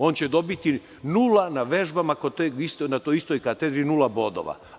On će dobiti nula na vežbama na toj istoj katedri, nula bodova.